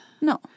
No